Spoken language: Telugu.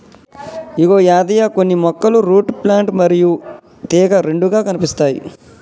ఇగో యాదయ్య కొన్ని మొక్కలు రూట్ ప్లాంట్ మరియు తీగ రెండుగా కనిపిస్తాయి